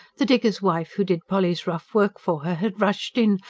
the digger's wife who did polly's rough work for her had rushed in,